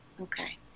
Okay